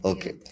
Okay